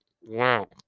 Wow